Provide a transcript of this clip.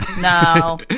no